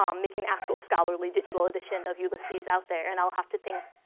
um making actual scholarly digital edition of ulysses out there. and i'll have to think,